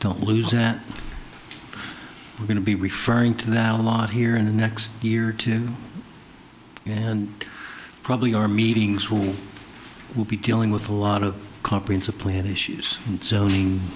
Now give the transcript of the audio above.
don't lose that we're going to be referring to that a lot here in the next year or two and probably our meetings will be dealing with a lot of comprehensive plan issues and